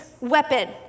weapon